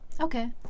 Okay